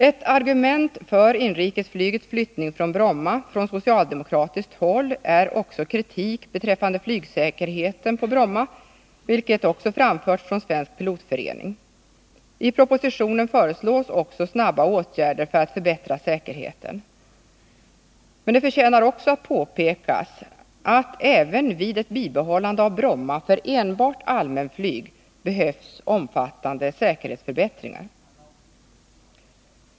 Ett argument för inrikesflygets flyttning från Bromma från socialdemokratiskt håll är också kritik beträffande flygsäkerheten på Bromma, som också framförts från Svensk pilotförening. I propositionen föreslås snabba åtgärder för att förbättra säkerheten. Men det förtjänar också att påpekas, att även vid ett bibehållande av Bromma för enbart allmänflyg behövs omfattande säkerhetsförbättringar.